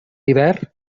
hivern